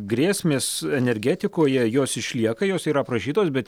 grėsmės energetikoje jos išlieka jos yra aprašytos bet